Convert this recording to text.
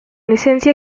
licencia